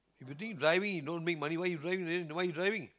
if you did driving you don't make money why you doing dri~ why you driving